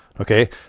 Okay